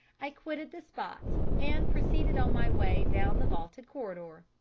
i quitted the spot, and proceeded on my way down the vaulted corridor.